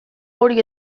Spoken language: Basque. hori